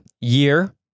year